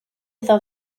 iddo